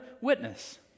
witness